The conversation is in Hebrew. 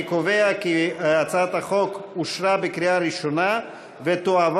אני קובע כי הצעת החוק אושרה בקריאה ראשונה ותועבר